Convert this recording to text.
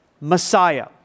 Messiah